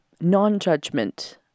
Non-judgment